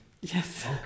Yes